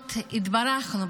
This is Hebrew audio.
האחרונות התברכנו,